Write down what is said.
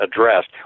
addressed